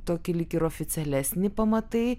tokį lyg ir oficialesnį pamatai